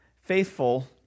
faithful